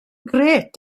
grêt